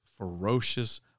ferocious